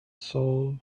soul